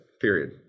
period